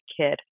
kid